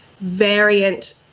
variant